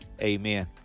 Amen